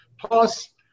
Plus